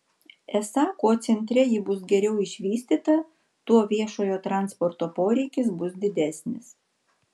esą kuo centre ji bus geriau išvystyta tuo viešojo transporto poreikis bus didesnis